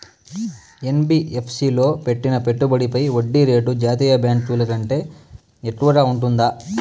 NBFC లో పెట్టిన పెట్టుబడి పై వడ్డీ రేటు జాతీయ బ్యాంకు ల కంటే ఎక్కువగా ఉంటుందా?